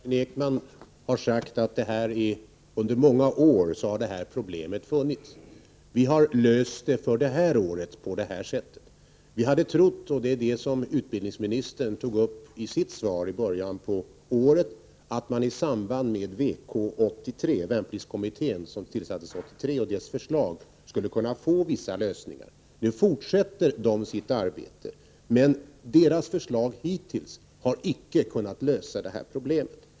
Herr talman! Kerstin Ekman har sagt att det här problemet har funnits under många år. Vi har för detta år löst det på det sätt som jag har angivit. Vi hade trott — vilket utbildningsministern tog uppi sitt svar i början på året — att man i samband med förslagen från VK 83, värnpliktskommittén, skulle 89 kunna få vissa lösningar. Nu fortsätter den sitt arbete, men dess förslag har inte hittills kunnat lösa detta problem.